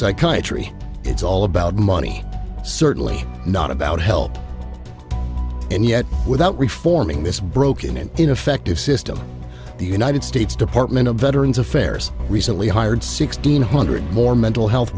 psychiatry it's all about money certainly not about help and yet without reforming this broken and ineffective system the united states department of veterans affairs recently hired sixteen hundred more mental health